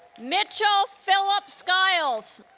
mitchell philip skiles